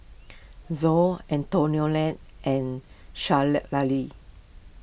Zoa Antoinette and Shelley Lali